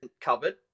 covered